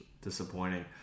disappointing